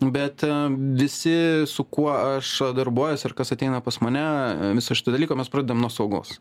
bet visi su kuo aš darbuojuosi ir kas ateina pas mane viso šito dalyko mes pradedam nuo saugos